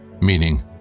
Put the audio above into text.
meaning